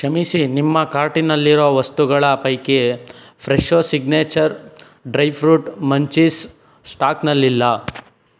ಕ್ಷಮಿಸಿ ನಿಮ್ಮ ಕಾರ್ಟಿನಲ್ಲಿರುವ ವಸ್ತುಗಳ ಪೈಕಿ ಫ್ರೆಶೊ ಸಿಗ್ನೇಚರ್ ಡ್ರೈ ಫ್ರೂಟ್ ಮಂಚೀಸ್ ಸ್ಟಾಕ್ನಲ್ಲಿಲ್ಲ